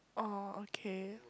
orh okay